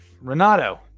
Renato